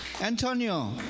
Antonio